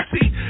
See